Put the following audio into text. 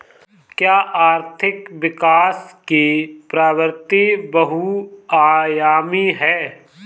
क्या आर्थिक विकास की प्रवृति बहुआयामी है?